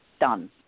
done